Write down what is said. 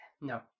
No